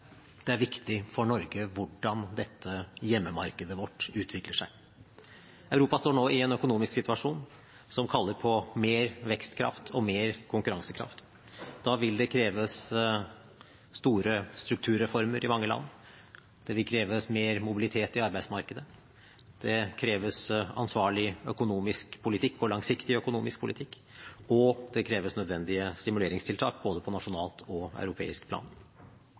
det er viktig for Norge hvordan dette hjemmemarkedet vårt utvikler seg. Europa står nå i en økonomisk situasjon som kaller på mer vekstkraft og mer konkurransekraft. Da vil det kreves store strukturreformer i mange land, det vil kreves mer mobilitet i arbeidsmarkedet, det kreves ansvarlig og langsiktig økonomisk politikk, og det kreves nødvendige stimuleringstiltak både på nasjonalt og europeisk plan.